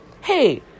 hey